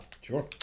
Sure